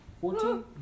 Fourteen